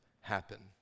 happen